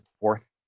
fourth